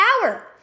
power